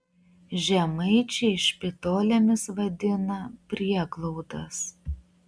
žemaičiai špitolėmis vadina prieglaudas